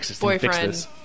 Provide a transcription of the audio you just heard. boyfriend